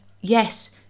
yes